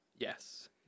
Yes